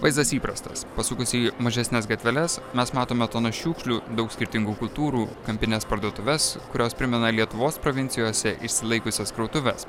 vaizdas įprastas pasukus į mažesnes gatveles mes matome tonas šiukšlių daug skirtingų kultūrų kampines parduotuves kurios primena lietuvos provincijose išsilaikiusias krautuves